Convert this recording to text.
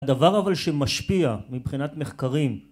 הדבר אבל שמשפיע מבחינת מחקרים